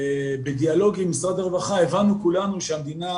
בדיאלוג עם משרד הרווחה הבנו כולנו שהמדינה